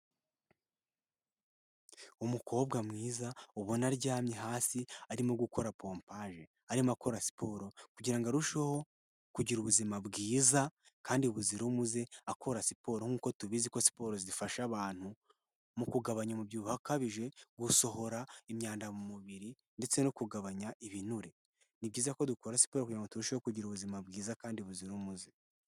Umukobwa mwiza ubona aryamye hasi arimo gukora pompaje arimo akora siporo kugira ngo arusheho kugira ubuzima bwiza kandi buzira umuze akora siporo nk'uko tubizi ko siporo zifasha abantu mu kugabanya umubyibuho ukabije, gusohora imyanda mu mubiri ndetse no kugabanya ibinure, ni byiza ko dukora siporo kugira ngo turusheho kugira ubuzima bwiza kandi buzira umuze.